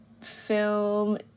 film